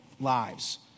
lives